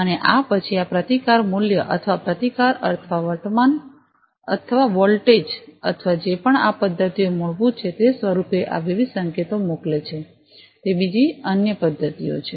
અને આ પછી આ પ્રતિકાર મૂલ્ય અથવા પ્રતિકાર અથવા વર્તમાન અથવા વોલ્ટેજ અથવા જે પણ આ પદ્ધતિઓ મૂળભૂત છે તે સ્વરૂપે આ વિવિધ સંકેતો મોકલે છે તે બીજી અન્ય પદ્ધતિઓ છે